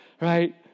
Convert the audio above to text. right